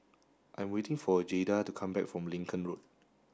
I am waiting for Jayda to come back from Lincoln Road